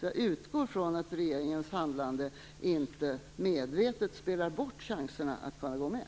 Jag utgår från att regeringen i sitt handlande inte medvetet spelar bort våra chanser att gå med.